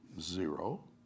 zero